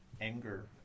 anger